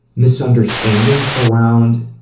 misunderstanding around